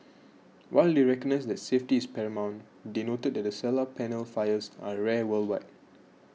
while they recognised that safety is paramount they noted that solar panel fires are rare worldwide